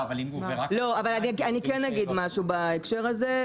לא, אבל אני כן אגיד משהו בהקשר הזה.